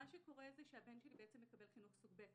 מה שקורה הוא שהבן שלי מקבל חינוך סוג ב'.